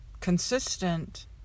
consistent